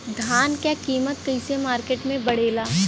धान क कीमत कईसे मार्केट में बड़ेला?